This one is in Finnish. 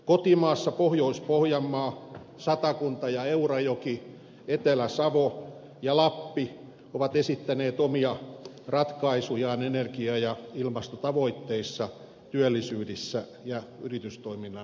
kotimaassa pohjois pohjanmaa satakunta ja eurajoki etelä savo ja lappi ovat esittäneet omia ratkaisujaan energia ja ilmastotavoitteissa työllisyydessä ja yritystoiminnan menestymisessä